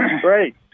great